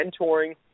mentoring